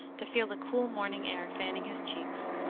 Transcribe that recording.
to feel the cool morning air fanning his cheeks.